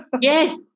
Yes